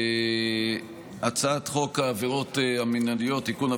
הצעת חוק העבירות המינהליות (תיקון,